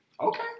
Okay